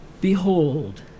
Behold